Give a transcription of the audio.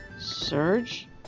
surge